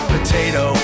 Potato